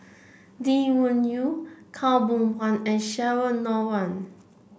Lee Wung Yew Khaw Boon Wan and Cheryl Noronha